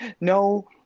No